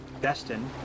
Destin